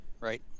Right